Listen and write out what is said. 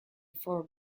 four